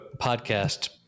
podcast